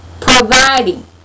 providing